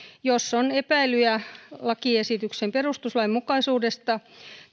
jos on epäilyjä lakiesityksen perustuslainmukaisuudesta